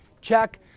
check